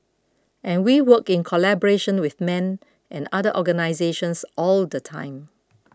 and we work in collaboration with men and other organisations all the time